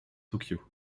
tokyo